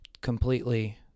completely